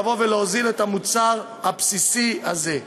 לבוא ולהוזיל את המוצר הבסיסי הזה.